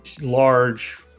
large